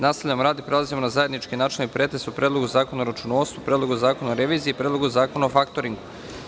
Nastavljamo rad i prelazimo na zajednički načelni pretres o: Predlogu zakona o računovodstvu, Predlogu zakona o reviziji i Predlogu zakona o faktoringu.